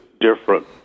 different